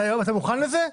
אתה מוכן לזה?